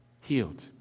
Healed